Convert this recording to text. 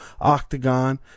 Octagon